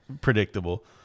predictable